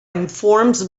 informs